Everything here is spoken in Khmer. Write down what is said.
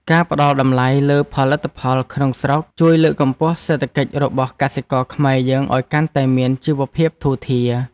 ការផ្ដល់តម្លៃលើផលិតផលក្នុងស្រុកជួយលើកកម្ពស់សេដ្ឋកិច្ចរបស់កសិករខ្មែរយើងឱ្យកាន់តែមានជីវភាពធូរធារ។